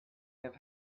have